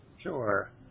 Sure